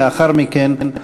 לאחר מכן,